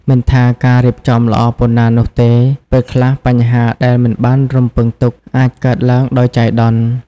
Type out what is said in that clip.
មិនថាការរៀបចំល្អប៉ុណ្ណានោះទេ ពេលខ្លះបញ្ហាដែលមិនបានរំពឹងទុក អាចកើតឡើងដោយចៃដន្យ។